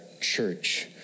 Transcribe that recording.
church